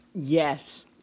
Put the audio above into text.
Yes